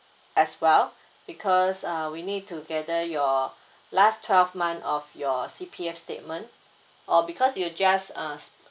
as well because uh we need to gather your last twelve month of your C_P_F statement or because you just uh